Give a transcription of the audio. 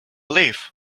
live